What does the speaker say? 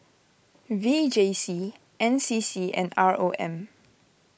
V J C N C C and R O M